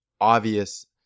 obvious